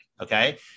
okay